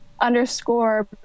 underscore